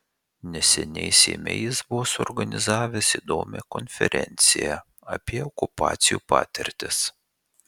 neseniai seime jis buvo suorganizavęs įdomią konferenciją apie okupacijų patirtis